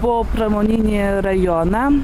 po pramoninį rajoną